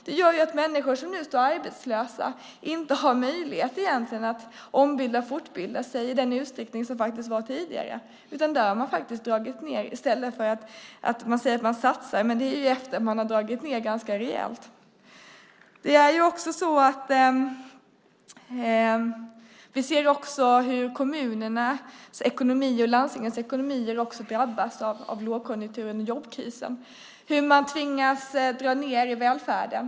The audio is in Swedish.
Det gör ju att människor som nu står arbetslösa egentligen inte har möjlighet att fortbilda sig i den utsträckning som man faktiskt kunde göra tidigare. Där har man faktiskt dragit ned. Man säger att man satsar, men det är efter att man har dragit ned ganska rejält. Vi ser också hur kommunernas och landstingens ekonomier drabbas av lågkonjunkturen och jobbkrisen, hur man tvingas dra ned i välfärden.